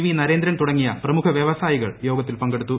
V Narendran തുടങ്ങിയ പ്രമുഖ വൃവസായികൾ യോഗത്തിൽ പങ്കെടുത്തു